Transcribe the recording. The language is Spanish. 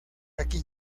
aquí